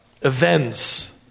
events